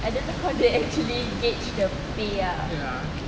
I don't know how they actually gauge the pay ah